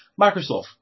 Microsoft